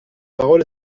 parole